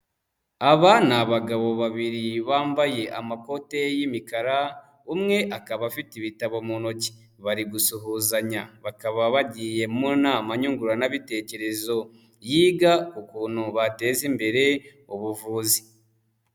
Aba ni abagabo babiri bambaye amakote y'imikara, umwe akaba afite ibitabo mu ntoki, bari gusuhuzanya, bakaba bagiye mu nama nyunguranabitekerezo, yiga ukuntu bateza imbere ubuvuzi.